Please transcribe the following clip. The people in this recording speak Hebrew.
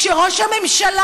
כשראש הממשלה,